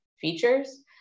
features